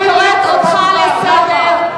אני קוראת אותך לסדר.